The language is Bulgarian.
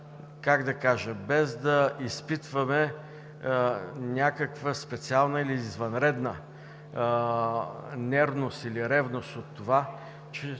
тази посока, без да изпитваме някаква специална или извънредна нервност или ревност от това,